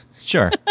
Sure